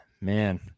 man